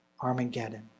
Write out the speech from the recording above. Armageddon